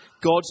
God